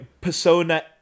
persona